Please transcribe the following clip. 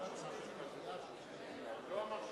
מצביע אורי אורבך,